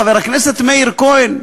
חבר הכנסת מאיר כהן,